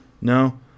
no